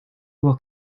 will